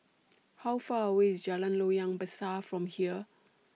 How Far away IS Jalan Loyang Besar from here